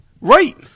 Right